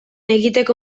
egiteko